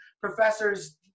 professors